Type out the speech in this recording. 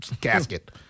casket